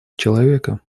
человека